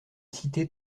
cités